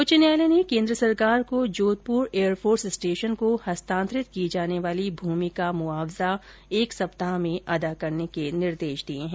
उच्च न्यायालय ने केंद्र सरकार को जोधपुर एयरफोर्स स्टेशन को हस्तांतरित की जाने वाली भूमि का मुआवजा एक सप्ताह में अदा करने के निर्देश दिए हैं